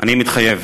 אני מתחייב.